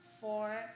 Four